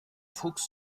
fuchs